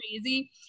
crazy